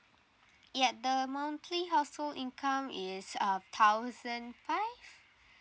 ya the monthly household income is uh thousand five